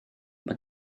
mae